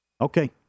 Okay